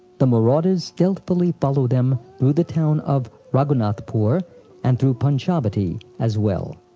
the marauders stealthfully followed them through the town of raghunathpur, and through panchavati as well.